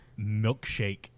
milkshake